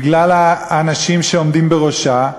בגלל האנשים שעומדים בראשה,